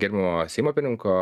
gerbiamo seimo pirinko